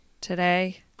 today